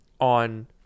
on